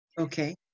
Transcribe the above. Okay